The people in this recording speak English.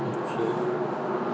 okay